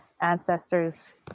ancestors